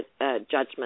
judgment